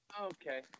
okay